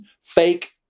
fake